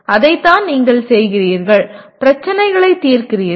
அதைத்தான் நீங்கள் செய்கிறீர்கள் பிரச்சினைகளைத் தீர்க்கிறீர்கள்